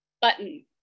button